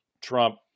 Trump